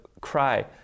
cry